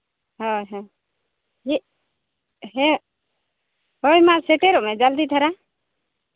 ᱦᱳᱭ ᱦᱳᱭ ᱢᱤᱫ ᱦᱮᱸ ᱦᱳᱭ ᱢᱟ ᱥᱮᱴᱮᱨᱚᱜ ᱢᱮ ᱡᱚᱞᱫᱤ ᱫᱷᱟᱨᱟ